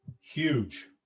huge